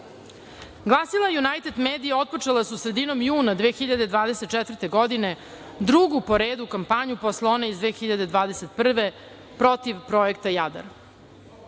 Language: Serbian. glasila Junajted medija otpočela su sredinom juna 2024. godine, drugu po redu kampanju posle one iz 2021. godine, protiv projekta Jadar.